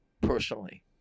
personally